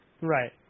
Right